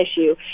issue